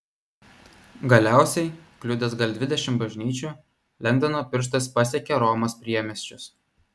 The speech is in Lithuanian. galiausiai kliudęs gal dvidešimt bažnyčių lengdono pirštas pasiekė romos priemiesčius